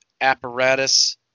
apparatus